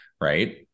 Right